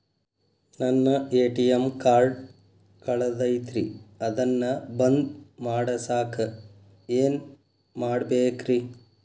ನನ್ನ ATM card ಕಳದೈತ್ರಿ ಅದನ್ನ ಬಂದ್ ಮಾಡಸಾಕ್ ಏನ್ ಮಾಡ್ಬೇಕ್ರಿ?